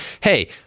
hey